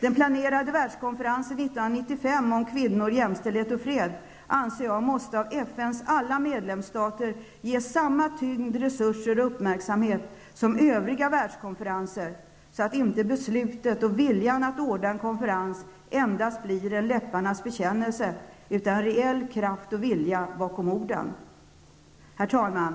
Den världskonferens som är planerad att äga rum 1995 och som gäller kvinnor, jämställdhet och fred anser jag att FNs alla medlemsstater måste tillmäta samma tyngd, resurser och uppmärksamhet som övriga världskonferenser tillmäts. Beslutet om och viljan att ordna en konferens får ju inte bli endast en läpparnas bekännelse. I stället måste det finns en reell kraft och vilja bakom orden. Herr talman!